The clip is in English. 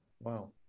Wow